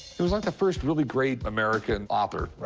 he was like the first really great american author.